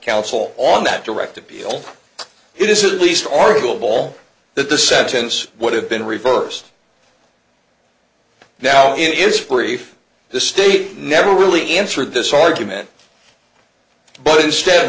counsel on that direct appeal it is at least arguable that the sentence would have been reversed now it is free the state never really answered this argument but instead